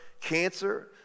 cancer